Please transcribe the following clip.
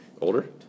Older